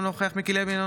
אינו נוכח מיקי לוי,